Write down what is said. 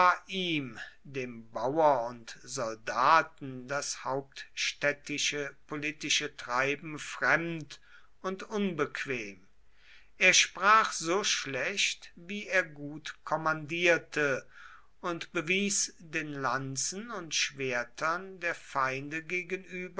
ihm dem bauer und soldaten das hauptstädtische politische treiben fremd und unbequem er sprach so schlecht wie er gut kommandierte und bewies den lanzen und schwertern der feinde gegenüber